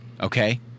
Okay